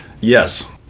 Yes